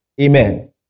Amen